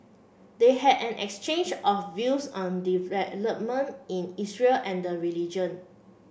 they had an exchange of views on development in Israel and the religion